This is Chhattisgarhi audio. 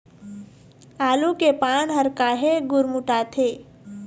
आलू के पान हर काहे गुरमुटाथे?